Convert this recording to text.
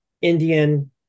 Indian